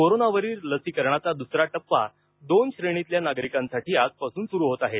कोरोनावरील लसीकरणाचा दुसरा टप्पा दोन श्रेणीतील नागरिकांसाठी आजपासून सुरु होत आहे